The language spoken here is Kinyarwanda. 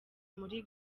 muri